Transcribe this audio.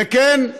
וכן,